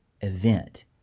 event